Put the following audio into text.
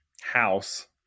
house